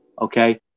Okay